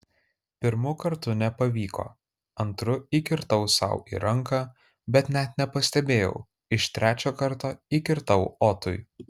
pirmu kartu nepavyko antru įkirtau sau į ranką bet net nepastebėjau iš trečio karto įkirtau otui